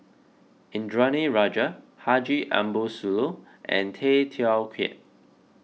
Indranee Rajah Haji Ambo Sooloh and Tay Teow Kiat